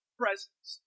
presence